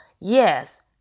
yes